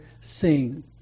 sing